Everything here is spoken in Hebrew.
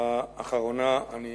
האחרונה, אני